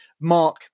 mark